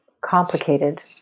complicated